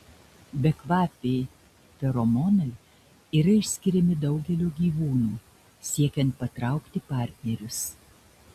bekvapiai feromonai yra išskiriami daugelio gyvūnų siekiant patraukti partnerius